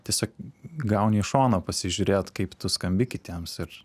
tiesiog gauni iš šono pasižiūrėt kaip tu skambi kitiems ir